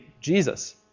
Jesus